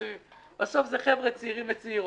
בסוף זה חבר'ה צעירים וצעירות,